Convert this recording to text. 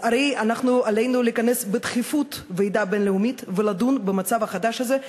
אז הרי עלינו לכנס בדחיפות ועידה בין-לאומית ולדון במצב החדש הזה,